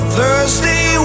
Thursday